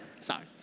Sorry